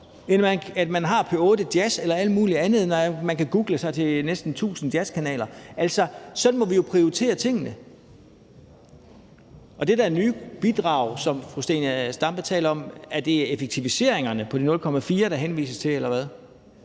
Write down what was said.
end at man har P8 Jazz eller alt muligt andet, når man kan google sig til næsten 1.000 jazzkanaler. Altså, sådan må vi jo prioritere tingene. Og er det, når fru Zenia Stampe taler om det der nye bidrag, effektiviseringerne på de 0,4 pct., der henvises til, eller hvad?